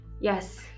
Yes